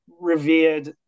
revered